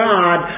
God